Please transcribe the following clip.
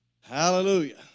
Hallelujah